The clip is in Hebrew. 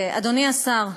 אדוני השר,